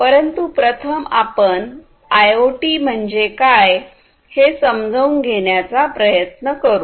परंतु प्रथम आपण आयओटी म्हणजे काय हे समजून घेण्याचा प्रयत्न करू